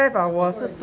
I forgot already